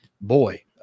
boy